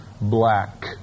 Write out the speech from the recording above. black